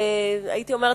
הייתי אומרת,